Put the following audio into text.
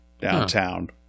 downtown